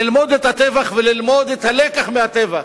ללמוד את הטבח וללמוד את הלקח מהטבח,